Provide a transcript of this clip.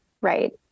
right